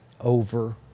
over